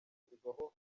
ashyirwaho